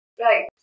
Right